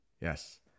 Yes